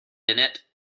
innit